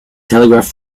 telegraph